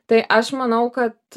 tai aš manau kad